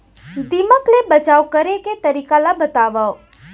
दीमक ले बचाव करे के तरीका ला बतावव?